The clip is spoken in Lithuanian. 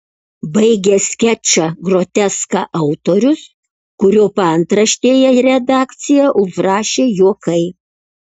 baigia skečą groteską autorius kurio paantraštėje redakcija užrašė juokai